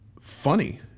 funny